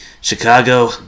Chicago